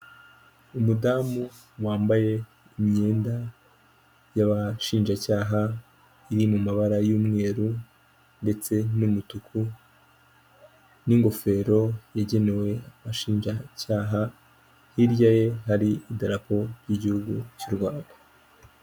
Umudamu wambaye imyenda y'abashinjacyaha iri mu mabara y'umweru ndetse n'umutuku n'ingofero yagenewe abashinjacyaha, hirya ye hari idarapo ry'igihugu cy'u Rwanda.